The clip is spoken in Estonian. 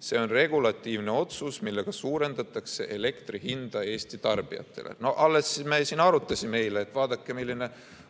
See on regulatiivne otsus, millega suurendatakse elektri hinda Eesti tarbijatele. Alles eile me siin arutasime, et vaadake, milline